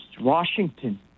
Washington